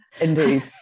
Indeed